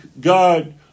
God